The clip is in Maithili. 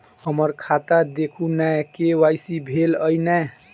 हम्मर खाता देखू नै के.वाई.सी भेल अई नै?